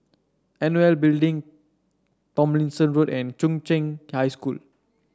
N O L Building Tomlinson Road and Chung Cheng High School